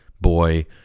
boy